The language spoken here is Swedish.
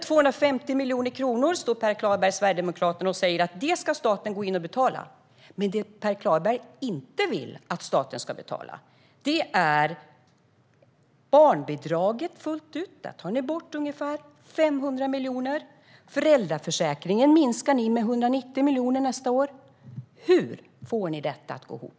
250 miljoner kronor säger Per Klarberg, Sverigedemokraterna, att staten ska gå in och betala. Det Per Klarberg inte vill att staten ska betala är barnbidraget fullt ut. Där tar ni bort ungefär 500 miljoner. Föräldraförsäkringen minskar ni med 190 miljoner nästa år. Hur får ni detta att gå ihop?